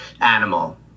animal